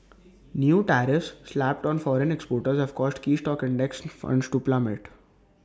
new tariffs slapped on foreign exporters have caused key stock index funds to plummet